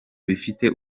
bifite